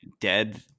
dead